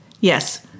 Yes